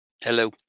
Hello